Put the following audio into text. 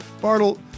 Bartle